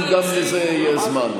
וגם לזה יהיה זמן.